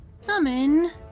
Summon